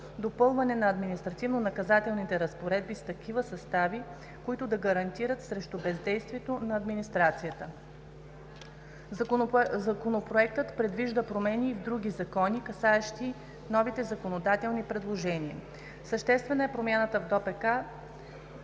допълване на административнонаказателните разпоредби с такива състави, които да гарантират срещу бездействието на администрацията. Законопроектът предвижда промени и в други закони, касаещи новите законодателни предложения. Съществена е промяната в ДОПК